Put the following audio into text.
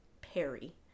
Perry